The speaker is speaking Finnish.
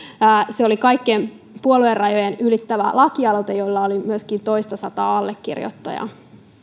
se oli puoluerajat ylittävä lakialoite jolla oli myöskin toistasataa allekirjoittajaa